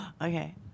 Okay